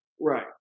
right